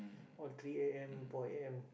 all the three a_m four a_m